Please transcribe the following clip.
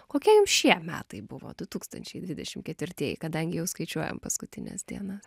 kokie jum šie metai buvo du tūkstančiai dvidešim ketvirtieji kadangi jau skaičiuojam paskutines dienas